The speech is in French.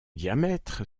diamètre